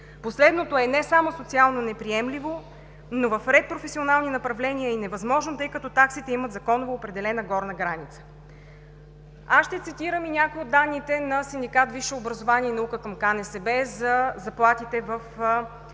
Последното е не само социално неприемливо, но в ред професионални направления е и невъзможно, тъй като таксите имат законово определена горна граница. Ще цитирам и някои от данните на синдикат „Висше образование и наука“ към КНСБ за заплатите в